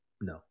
No